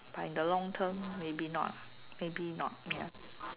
but in the long term maybe not maybe not can